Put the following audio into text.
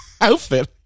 outfit